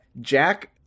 jack